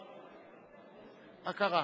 מה קרה?